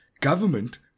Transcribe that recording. government